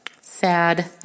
sad